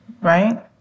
right